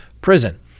prison